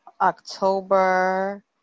October